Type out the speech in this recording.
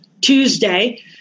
Tuesday